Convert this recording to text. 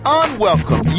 unwelcome